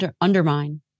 undermine